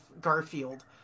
Garfield